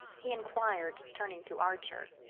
he enquired, turning to archer.